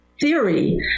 theory